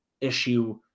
issue